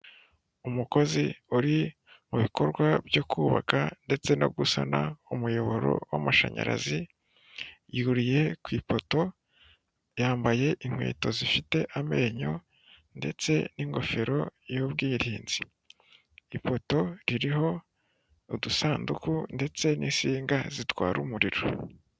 Umukozi uri mubi bikorwa byo kubaka ndetse no gusana umuyoboro w'amashanyarazi, yuriye ku ipoto yambaye inkweto zifite amenyo, ndetse n'ingofero y'ubwirinzi. ipoto iririho udusanduku ndetse n'insinga zitwara umuriro.